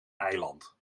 eiland